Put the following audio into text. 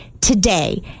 today